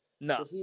No